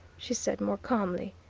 she said more calmly,